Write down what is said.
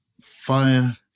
fire